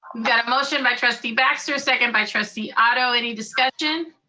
got a motion by trustee baxter, a second by trustee otto. any discussion?